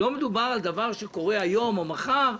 לא מדובר על דבר שקורה היום או מחר.